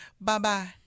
bye-bye